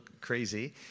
crazy